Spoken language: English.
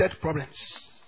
problems